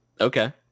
Okay